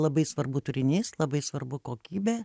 labai svarbu turinys labai svarbu kokybė